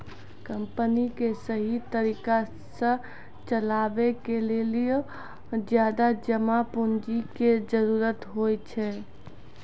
company क सहि तरिका सह चलावे के लेलो ज्यादा जमा पुन्जी के जरुरत होइ छै